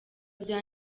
bya